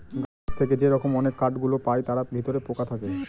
গাছ থেকে যে রকম অনেক কাঠ গুলো পায় তার ভিতরে পোকা থাকে